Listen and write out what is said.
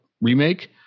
remake